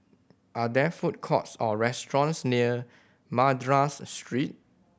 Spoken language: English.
are there food courts or restaurants near Madras Street